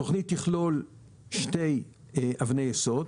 התוכנית תכלול שתי אבני יסוד,